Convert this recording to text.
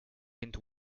into